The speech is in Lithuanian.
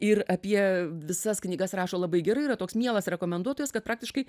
ir apie visas knygas rašo labai gerai yra toks mielas rekomenduotojas kad praktiškai